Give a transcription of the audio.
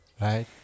Right